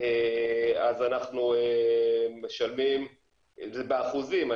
אז אנחנו משלמים באחוזים,